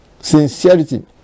sincerity